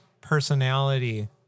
personality